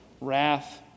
wrath